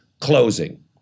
closing